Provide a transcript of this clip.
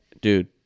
Dude